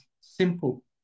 simple